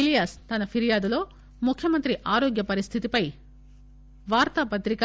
ఇలియాస్ తన ఫిర్యాదులో ముఖ్యమంత్రి ఆరోగ్య పరిస్థితిపై వార్తాపత్రిక